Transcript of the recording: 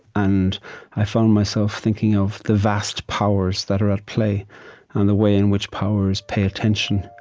and i found myself thinking of the vast powers that are at play and the way in which powers pay attention.